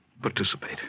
participate